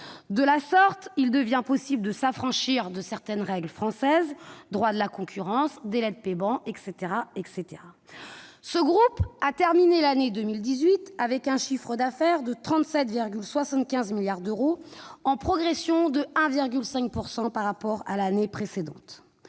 De la sorte, il devient possible de s'affranchir de certaines règles françaises : droit de la concurrence, délais de paiement ... Ce groupe a terminé l'année 2018 avec un chiffre d'affaires de 37,75 milliards d'euros, en progression de 1,5 % par rapport à l'année précédente.